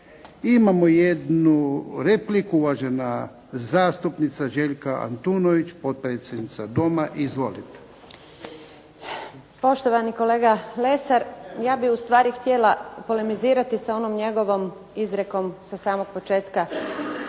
imamo jednu repliku. Uvažena zastupnica Željka Antunović, potpredsjednica Doma. Izvolite. **Antunović, Željka (SDP)** Poštovani kolega Lesar, ja bih u stvari htjela polemizirati sa onom njegovom izrijekom sa samog početka